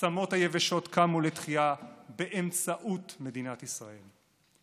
העצמות היבשות קמו לתחייה באמצעות מדינת ישראל.